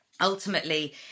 ultimately